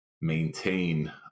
maintain